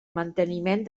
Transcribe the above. manteniment